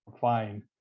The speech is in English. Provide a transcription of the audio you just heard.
fine